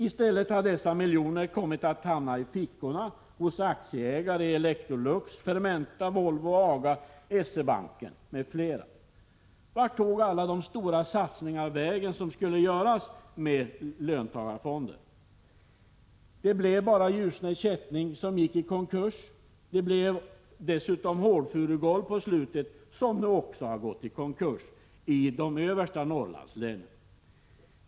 I stället har dessa miljoner kommit att hamna i fickorna hos aktieägare i Electrolux, Fermenta, Volvo, AGA, SE-banken m.fl. Vart tog alla de stora satsningar vägen som skulle göras med löntagarfonderna? Det blev bara Ljusne Kätting, som gick i konkurs. Det blev dessutom Hårdfurugolv, som också gick i konkurs.